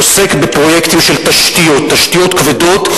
עוסק בפרויקטים של תשתיות כבדות.